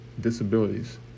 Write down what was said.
disabilities